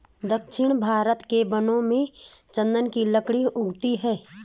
दक्षिण भारत के वनों में चन्दन की लकड़ी उगती है